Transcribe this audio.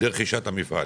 לרכישת המפעל.